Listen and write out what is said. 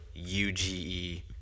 UGE